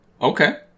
okay